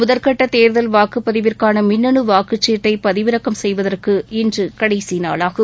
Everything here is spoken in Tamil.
முதற்கட்ட தேர்தல் வாக்குப்பதிவிற்கான மின்னனு வாக்குசீட்டை பதிவிறக்கம் செய்வதற்கு இன்று கடைசி நாளாகும்